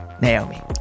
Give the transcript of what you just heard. Naomi